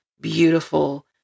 beautiful